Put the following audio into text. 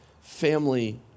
family